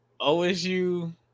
OSU